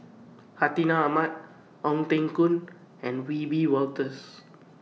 Hartinah Ahmad Ong Teng Koon and Wiebe Wolters